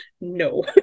No